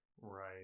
Right